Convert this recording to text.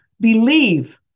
believe